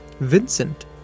Vincent